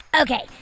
Okay